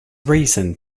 reason